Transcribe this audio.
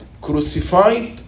crucified